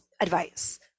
advice